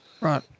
right